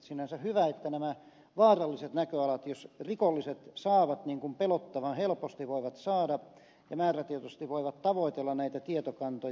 sinänsä hyvä että tuodaan esiin nämä vaaralliset näköalat että rikolliset voivat saada ne käsiinsä niin kuin pelottavan helposti voivat saada ja määrätietoisesti voivat tavoitella näitä tietokantoja